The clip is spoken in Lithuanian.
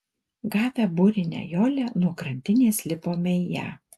gavę burinę jolę nuo krantinės lipome į ją